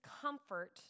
comfort